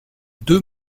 deux